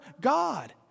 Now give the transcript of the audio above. God